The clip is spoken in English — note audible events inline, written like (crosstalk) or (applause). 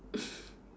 (breath)